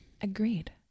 Agreed